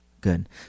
good